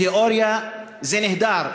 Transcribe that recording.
בתיאוריה זה נהדר.